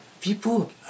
people